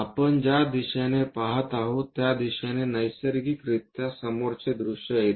आपण ज्या दिशेने पहात आहोत त्या दिशेने नैसर्गिकरित्या समोरचे दृश्य येते